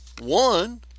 One